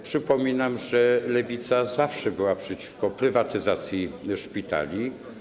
Przypominam, że Lewica zawsze była przeciwko prywatyzacji szpitali.